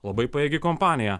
labai pajėgi kompanija